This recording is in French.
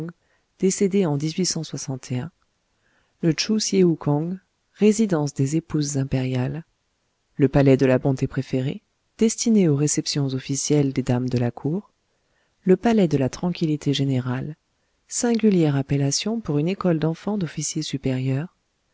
décédé en le tchou siéou kong résidence des épouses impériales le palais de la bonté préférée destiné aux réceptions officielles des dames de la cour le palais de la tranquillité générale singulière appellation pour une école d'enfants d'officiers supérieurs